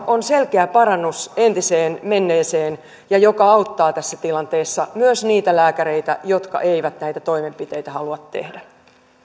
on selkeä parannus entiseen menneeseen ja mikä auttaa tässä tilanteessa myös niitä lääkäreitä jotka eivät näitä toimenpiteitä halua tehdä